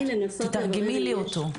תסבירי, תתרגמי לי אותו.